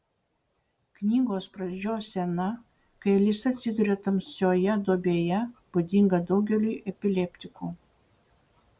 knygos pradžios scena kai alisa atsiduria tamsioje duobėje būdinga daugeliui epileptikų